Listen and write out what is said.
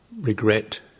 regret